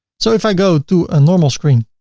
so if i go to a normal screen,